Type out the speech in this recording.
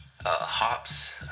hops